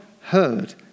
heard